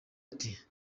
ati